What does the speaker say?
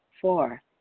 Four